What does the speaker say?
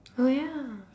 oh ya